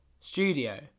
studio